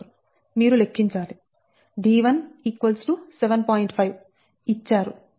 5 ఇచ్చారు